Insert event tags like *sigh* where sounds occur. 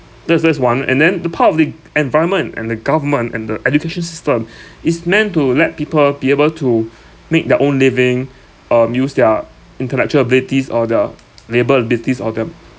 that's that's one and then the part of the environment and the government and the education system *breath* is meant to let people be able to *breath* make their own living um use their intellectual abilities or their labour abilities or their